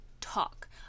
talk